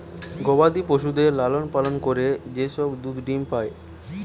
গবাদি পশুদের লালন পালন করে যে সব দুধ ডিম্ পাই